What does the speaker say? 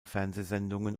fernsehsendungen